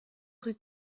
rue